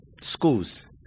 schools